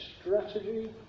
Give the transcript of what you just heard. Strategy